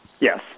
Yes